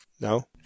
No